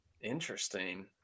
interesting